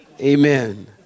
Amen